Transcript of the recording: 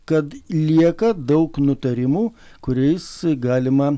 kad lieka daug nutarimų kuriais galima